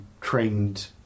trained